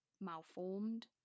malformed